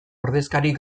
ordezkari